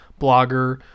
blogger